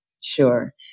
Sure